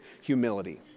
humility